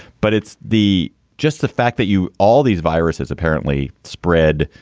but it's the just the fact that you all these viruses apparently spread.